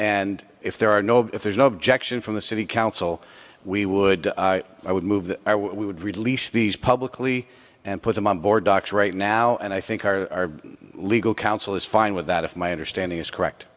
and if there are no if there's no objection from the city council we would i would move that we would release these publicly and put them on board docks right now and i think our legal counsel is fine with that if my understanding is correct